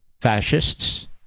fascists